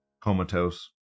comatose